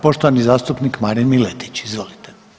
Poštovani zastupnik Marin Miletić, izvolite.